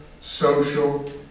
social